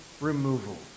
removal